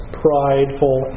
prideful